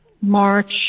March